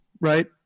Right